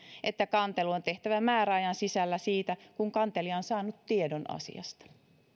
että kantelu on tehtävä määräajan sisällä siitä kun kantelija on saanut tiedon asiasta